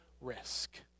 risk